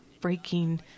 breaking